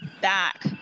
back